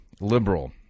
liberal